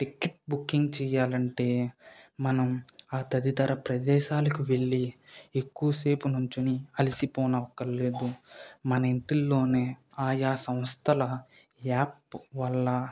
ticket booking చేయాలంటే మనం ఆ తదితర ప్రదేశాలకు వెళ్ళి ఎక్కువ సేపు నిల్చొని అలిసిపోనక్కర్లేదు మన ఇంటిల్లోనే ఆయా సంస్థల యాప్ వల్ల